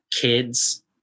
kids